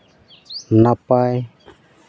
ᱱᱟᱯᱟᱭ